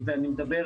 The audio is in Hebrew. ואני מדבר